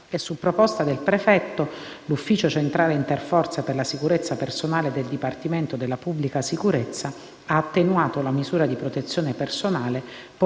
e, su proposta del prefetto, l'ufficio centrale interforze per la sicurezza personale del dipartimento della pubblica sicurezza ha attenuato la misura di protezione personale, portandola